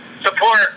support